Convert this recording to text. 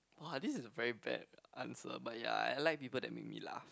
!wah! this is a very bad answer but ya I like people that make me laugh